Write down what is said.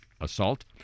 assault